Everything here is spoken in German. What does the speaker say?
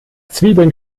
zwiebeln